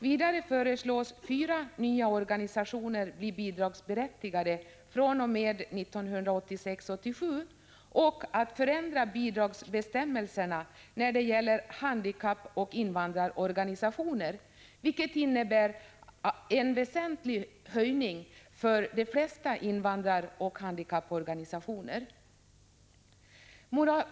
Vidare föreslås fyra nya organisationer bli bidragsberättigade fr.o.m. 1986/87 och att bidragsbestämmelserna när det gäller handikappoch invandrarorganisationer förändras, vilket innebär en väsentlig höjning för de flesta invandraroch handikapporganisationer.